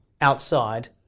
outside